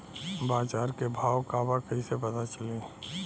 बाजार के भाव का बा कईसे पता चली?